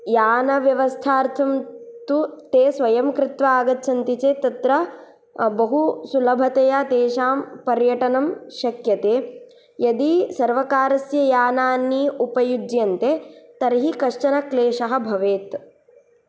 यानव्यवस्थार्थं तु ते स्वयं कृत्वा आगच्छन्ति चेत् तत्र बहु सुलभतया तेषां पर्यटनं शक्यते यदि सर्वकारस्य यानानि उपयुज्यन्ते तर्हि कश्चन क्लेशः भवेत्